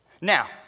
now